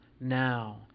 now